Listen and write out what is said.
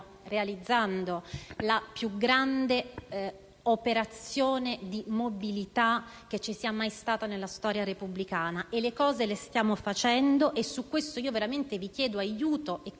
realizzando la più grande operazione di mobilità che ci sia mai stata nella storia repubblicana. Le cose le stiamo facendo e su questo vi chiedo veramente aiuto e